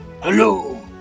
Hello